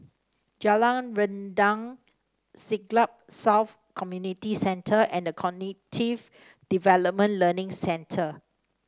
Jalan Rendang Siglap South Community Centre and The Cognitive Development Learning Centre